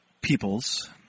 peoples